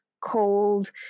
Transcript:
cold